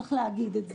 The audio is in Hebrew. צריך להגיד את זה.